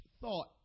thought